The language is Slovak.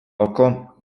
oko